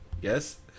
yes